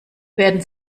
werden